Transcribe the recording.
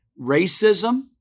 racism